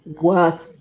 worth